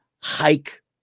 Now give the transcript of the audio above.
hike